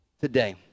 today